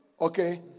Okay